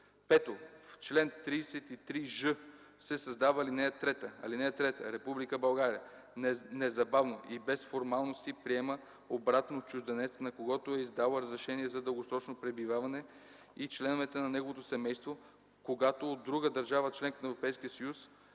5. В чл. 33ж се създава ал. 3: „(3) Република България незабавно и без формалности приема обратно чужденец, на когото е издала разрешение за дългосрочно пребиваване, и членовете на неговото семейство, когато от друга държава – членка на Европейския съюз,